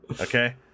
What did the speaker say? Okay